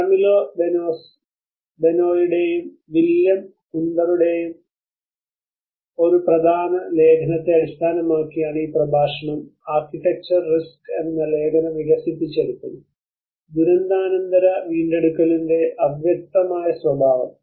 Camilo ബൊനോയുടെയും William ഹണ്ടറുടെയും ഒരു പ്രധാന ലേഖനത്തെ അടിസ്ഥാനമാക്കിയാണ് ഈ പ്രഭാഷണം ആർക്കിടെക്ചർ റിസ്ക് എന്ന ലേഖനം വികസിപ്പിച്ചെടുത്തത് ദുരന്താനന്തര വീണ്ടെടുക്കലിന്റെ അവ്യക്തമായ സ്വഭാവം